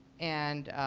and,